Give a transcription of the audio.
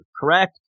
correct